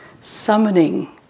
summoning